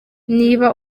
niba